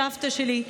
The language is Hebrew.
סבתא שלי,